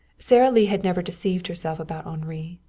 sara lee had never deceived herself about henri.